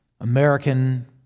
American